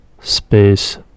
space